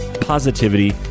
positivity